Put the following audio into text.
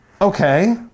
Okay